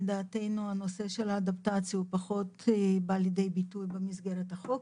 לדעתנו הנושא של האדפטציה פחות בא לידי ביטוי במסגרת החוק.